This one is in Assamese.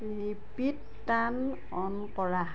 ৰিপিট টৰ্ন অ'ন কৰা